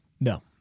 No